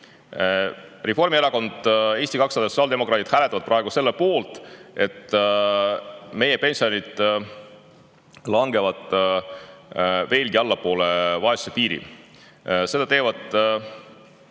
Reformierakond, Eesti 200 ja sotsiaaldemokraadid hääletavad praegu selle poolt, et meie pensionärid langevad veelgi rohkem allapoole vaesuspiiri. Seda teevad